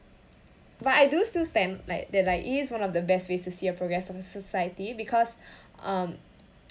but I do still stand like that like it is one of the best ways to see the progress of the society because um